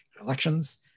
elections